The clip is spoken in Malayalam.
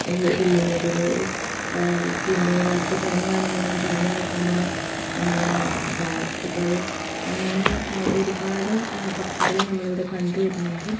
വെള്ളി മൂങ്ങകൾ പിന്നെ രാത്രി കണ്ണ് കാണില്ലെങ്കിലും പറന്ന് നടക്കുന്ന ബാറ്റുകൾ അങ്ങനെ ഒരുപാട് പക്ഷികളെ നമ്മളിവിടെ കണ്ട് വരുന്നുണ്ട്